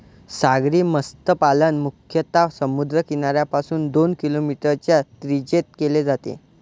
सागरी मत्स्यपालन मुख्यतः समुद्र किनाऱ्यापासून दोन किलोमीटरच्या त्रिज्येत केले जाते